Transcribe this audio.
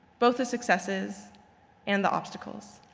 both the successes and the obstacles.